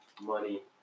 money